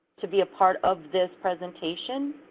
to be a part of this presentation